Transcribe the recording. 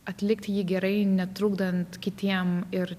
atlikt jį gerai netrukdant kitiem ir